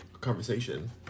conversation